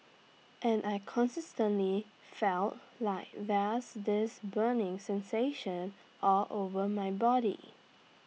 and I consistently feel like there's this burning sensation all over my body